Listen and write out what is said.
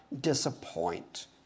disappoint